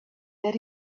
that